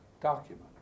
document